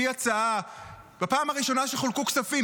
הביא הצעה בפעם הראשונה שחולקו כספים,